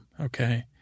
Okay